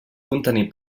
contenir